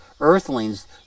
earthlings